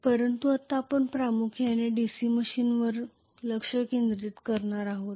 परंतु आता आपण प्रामुख्याने DC मशीनवर लक्ष केंद्रित करणार आहोत